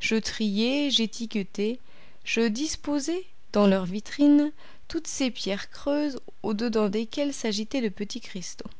je triai j'étiquetai je disposai dans leur vitrine toutes ces pierres creuses au-dedans desquelles s'agitaient de petits cristaux